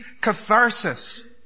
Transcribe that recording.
catharsis